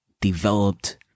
developed